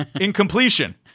Incompletion